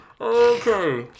Okay